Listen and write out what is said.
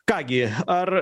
ką gi ar